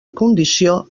condició